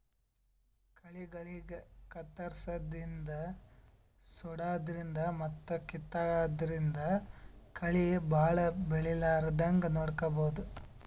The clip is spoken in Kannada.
ಕಳಿಗಳಿಗ್ ಕತ್ತರ್ಸದಿನ್ದ್ ಸುಡಾದ್ರಿನ್ದ್ ಮತ್ತ್ ಕಿತ್ತಾದ್ರಿನ್ದ್ ಕಳಿ ಭಾಳ್ ಬೆಳಿಲಾರದಂಗ್ ನೋಡ್ಕೊಬಹುದ್